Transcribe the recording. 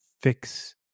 fix